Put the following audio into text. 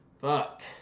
Fuck